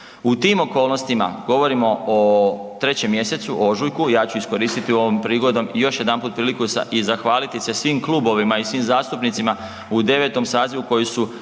U tim okolnostima, govorimo o 3. mj., ožujku, ja ću iskoristiti ovog prihodom i još jedanput priliku i zahvaliti se svim klubovima i svim zastupnicima u 9. sazivu koji su